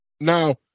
Now